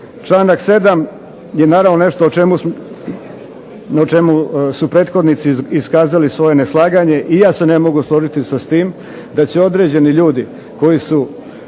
Članak 7. je naravno nešto o čemu su prethodnici iskazali svoje neslaganje. I ja se ne mogu složiti sa tim da će određeni ljudi koji su